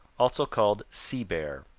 also called sea bear.